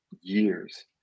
years